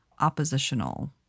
oppositional